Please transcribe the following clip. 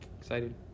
excited